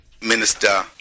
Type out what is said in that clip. Minister